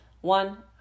one